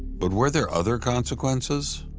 but were there other consequences?